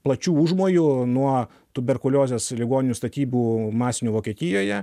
plačių užmojų nuo tuberkuliozės ligoninių statybų masinių vokietijoje